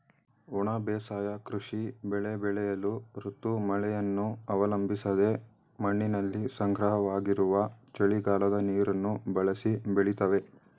ಒಣ ಬೇಸಾಯ ಕೃಷಿ ಬೆಳೆ ಬೆಳೆಯುವ ಋತು ಮಳೆಯನ್ನು ಅವಲಂಬಿಸದೆ ಮಣ್ಣಿನಲ್ಲಿ ಸಂಗ್ರಹವಾಗಿರುವ ಚಳಿಗಾಲದ ನೀರನ್ನು ಬಳಸಿ ಬೆಳಿತವೆ